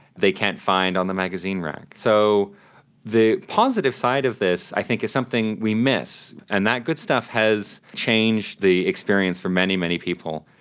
they can't find on the magazine rack. so the positive side of this i think is something we miss, and that good stuff has changed the experience for many, many people,